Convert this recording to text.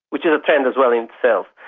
which is a trend as well in itself.